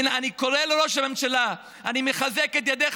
אני קורא לראש הממשלה: אני מחזק את ידייך